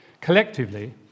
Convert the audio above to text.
Collectively